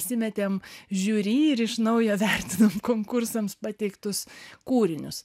apsimetėm žiūri ir iš naujo vertiname konkursams pateiktus kūrinius